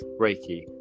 Reiki